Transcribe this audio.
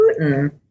Putin